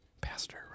pastor